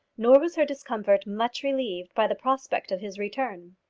nor was her discomfort much relieved by the prospect of his return.